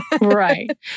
Right